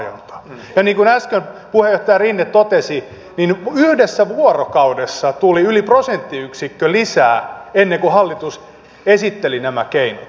ja niin kuin äsken puheenjohtaja rinne totesi niin yhdessä vuorokaudessa tuli yli prosenttiyksikkö lisää ennen kuin hallitus esitteli nämä keinot